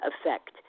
effect